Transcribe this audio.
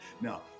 Now